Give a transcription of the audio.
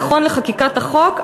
נכון לחקיקת החוק,